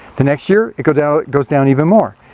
the next year it goes down, it goes down even more.